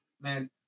man